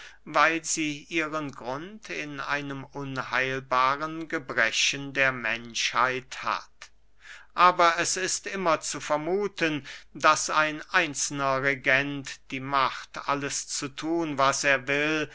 weil sie ihren grund in einem unheilbaren gebrechen der menschheit hat aber es ist immer zu vermuthen daß ein einzelner regent die macht alles zu thun was er will